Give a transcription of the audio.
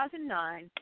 2009